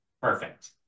Perfect